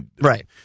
right